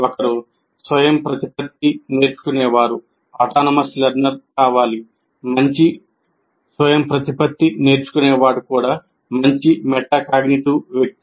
ఒకరు స్వయంప్రతిపత్తి నేర్చుకునేవారు కావాలి మంచి స్వయంప్రతిపత్తి నేర్చుకునేవాడు కూడా మంచి మెటాకాగ్నిటివ్ వ్యక్తి